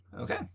Okay